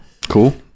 Cool